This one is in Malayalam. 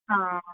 ആ